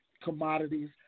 commodities